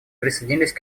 присоединились